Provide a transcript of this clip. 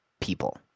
people